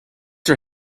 her